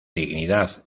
dignidad